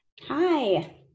Hi